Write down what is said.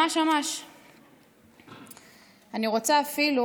אני רוצה אפילו